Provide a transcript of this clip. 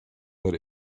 but